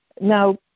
now